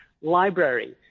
Library